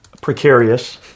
precarious